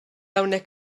hawnhekk